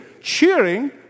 cheering